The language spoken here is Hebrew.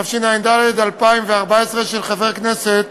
התשע''ד 2014, של חבר הכנסת